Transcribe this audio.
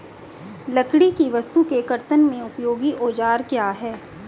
लकड़ी की वस्तु के कर्तन में उपयोगी औजार क्या हैं?